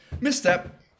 misstep